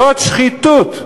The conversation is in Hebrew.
זאת שחיתות.